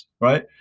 right